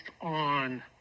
on